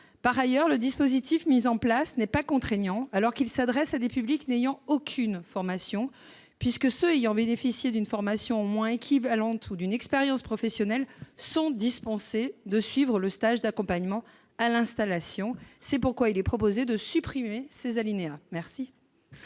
Par ailleurs, le dispositif mis en place n'est pas contraignant alors qu'il s'adresse à des publics n'ayant aucune formation, puisque ceux qui ont bénéficié d'une formation au moins équivalente ou d'une expérience professionnelle sont dispensés de suivre le stage d'accompagnement à l'installation. C'est pourquoi il est proposé de supprimer ces alinéas.